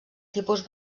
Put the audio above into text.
tipus